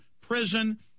Prison